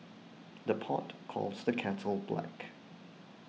the pot calls the kettle black